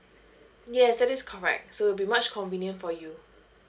yes that is correct so it'll be much convenient for you